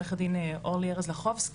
עורכת דין אורלי ארז לחובסקי,